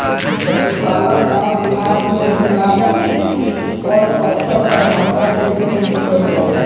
पसुपालन गाँव देहात मे ही ना बल्कि बड़ अस्तर पर धंधा के रुप मे भी कईल जाला